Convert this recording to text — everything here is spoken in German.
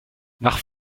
nach